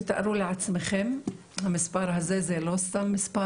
תתארו לעצמכם המספר הזה זה לא סתם מספר,